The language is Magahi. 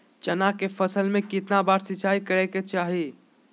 चना के फसल में कितना बार सिंचाई करें के चाहि?